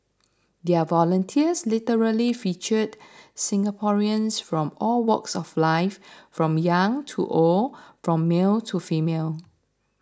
their volunteers literally featured Singaporeans from all walks of life from young to old from male to female